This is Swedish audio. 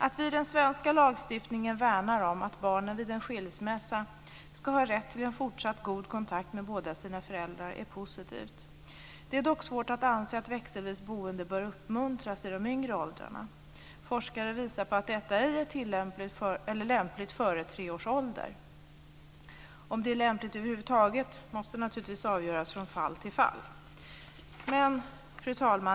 Att vi i den svenska lagstiftningen värnar om att barnen vid en skilsmässa ska ha rätt till en fortsatt god kontakt med båda sina föräldrar är positivt. Det är dock svårt att anse att växelvis boende bör uppmuntras i de yngre åldrarna. Forskare visar på att detta ej är lämpligt före tre års ålder. Om det är lämpligt över huvud taget måste naturligtvis avgöras från fall till fall. Fru talman!